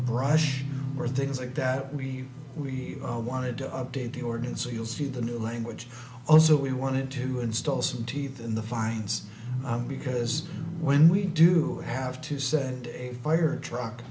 brush or things like that we we all wanted to update the ordinance so you'll see the new language also we wanted to install some teeth in the fines because when we do have to set a fire truck